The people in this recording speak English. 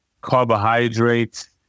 carbohydrates